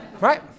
Right